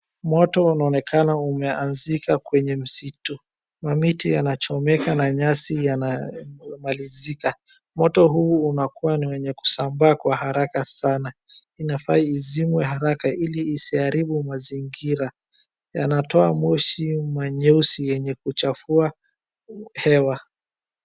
Moto unaonekana umeanzika kwenye msitu. Mamiti yanachomeka na nyasi yanamalizika. Moto huu unakuwa ni wenye kusambaa kwa haraka sana. Inafaa izimwe haraka ili isiharibu mazingira. Yanatoa moshi nyeusi yenye kuchafua hewa.